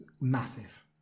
massive